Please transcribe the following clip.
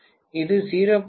இது 0